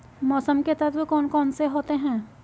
मौसम के तत्व कौन कौन से होते हैं?